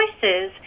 choices